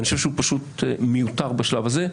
ואני חושב שהוא פשוט מיותר בשלב הזה.